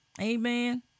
Amen